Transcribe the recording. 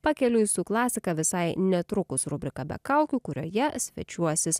pakeliui su klasika visai netrukus rubrika be kaukių kurioje svečiuosis